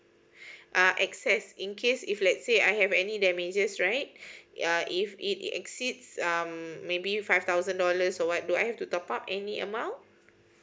uh access in case if let's say I have any damages right uh if it exceeds um maybe five thousand dollars or what do I have to top up any amount